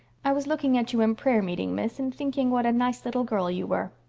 i was looking at you in prayer-meeting, miss, and thinking what a nice little girl you were.